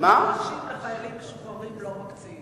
מגרשים לחיילים משוחררים לא מקצים.